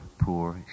poor